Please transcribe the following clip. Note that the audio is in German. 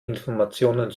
informationen